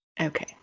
Okay